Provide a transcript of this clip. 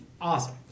awesome